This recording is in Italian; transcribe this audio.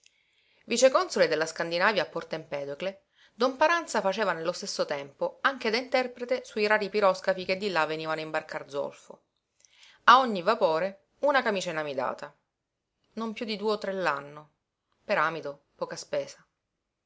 norvegia viceconsole della scandinavia a porto empedocle don paranza faceva nello stesso tempo anche da interprete su i rari piroscafi che di là venivano a imbarcar zolfo a ogni vapore una camicia inamidata non piú di due o tre l'anno per amido poca spesa